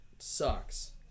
Sucks